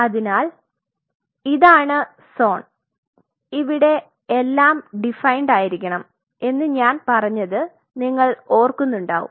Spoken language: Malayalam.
അതിനാൽ ഇതാണ് സോൺ ഇവിടെ എല്ലാം ഡിഫൈൻഡ് ആയിരിക്കണം എന്ന് ഞാൻ പറഞ്ഞത് നിങ്ങൾ ഓർക്കുന്നുണ്ടാവും